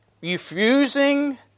Refusing